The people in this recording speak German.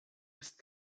ist